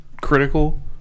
critical